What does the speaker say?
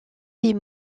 des